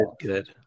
good